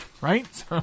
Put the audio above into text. right